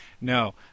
No